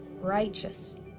righteous